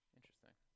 Interesting